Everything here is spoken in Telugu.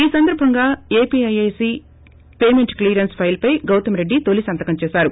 ఈ సందర్భంగా ఏపీఐఐసీ పేమెంట్ క్లియరెస్సీ పైల్పై గౌతమ్రెడ్డి తోలీ సంతకం చేశారు